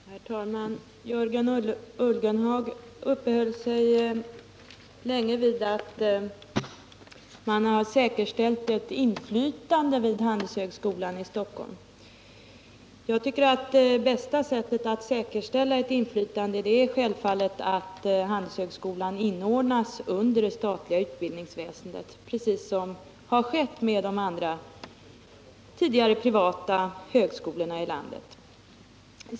Herr talman! Jörgen Ullenhag uppehöll sig länge vid att man har säkerställt ett inflytande vid Handelshögskolan i Stockholm. Det bästa sättet att säkerställa ett inflytande är självfallet att Handelshögskolan inordnas under det statliga utbildningsväsendet precis som skett med de tidigare privata högskolorna i landet.